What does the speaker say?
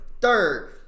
Third